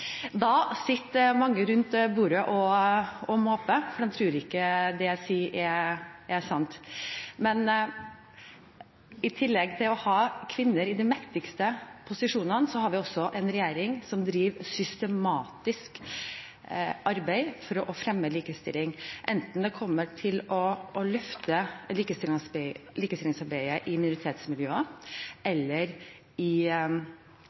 Da sitter mange rundt bordet og måper, for de tror ikke det jeg sier, er sant. I tillegg til å ha kvinner i de mektigste posisjonene har vi en regjering som driver systematisk arbeid for å fremme likestilling, løfte likestillingsarbeidet, enten det er i minoritetsmiljøer eller i arbeidslivet. Næringsministeren og jeg skal invitere til et toppmøte med lederne i